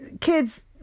kids